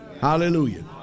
Hallelujah